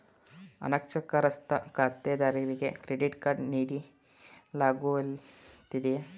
ಅನಕ್ಷರಸ್ಥ ಖಾತೆದಾರರಿಗೆ credit card ನೀಡಲಾಗುತ್ತದೆಯೇ?